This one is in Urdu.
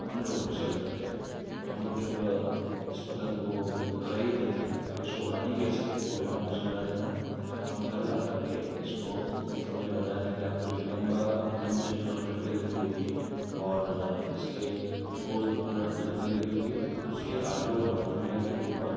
ہم لوگوں کو سیل کرتے ہیں تو ہم لوگ جب اس پتنگ کو خرید لیتے ہیں اب اس کو اڑانی کیسے ہے وہ بھی میں آپ کو سمجھا دیتا ہوں ہم گھر لا کر کے اس کو جو میں نے بتایا تھا کہ آپ کو جو ایک لمبا لمبی سی جو لکڑی لگی ہوتی ہے اور اس کے جو گول لک لکڑی لگی ہوتی ہے اس کے آزو اور بازو میں یعنی کے اوپر